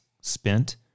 spent